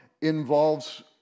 involves